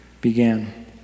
began